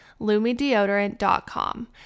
lumideodorant.com